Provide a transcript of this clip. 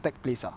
TechPlace ah